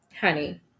Honey